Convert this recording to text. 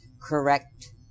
correct